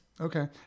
Okay